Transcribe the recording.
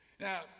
now